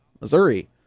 Missouri